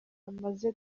yamaze